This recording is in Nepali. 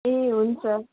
ए हुन्छ